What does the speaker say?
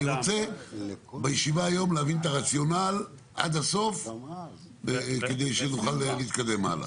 אני רוצה בישיבה היום להבין את הרציונל עד הסוף כדי שנוכל להתקדם הלאה.